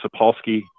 Sapolsky